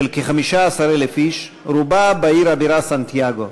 של כ-15,000 איש, רובה בעיר הבירה סנטיאגו.